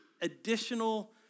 additional